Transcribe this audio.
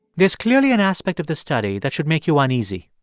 there's clearly an aspect of the study that should make you uneasy.